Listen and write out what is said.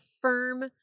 firm